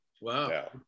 wow